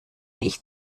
ich